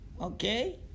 Okay